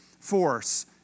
force